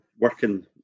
working